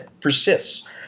persists